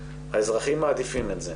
האזרחים מעדיפים את זה.